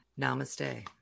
Namaste